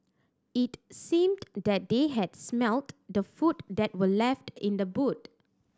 it seemed that they had smelt the food that were left in the boot